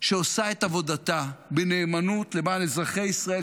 שעושה את עבודתה בנאמנות למען אזרחי ישראל,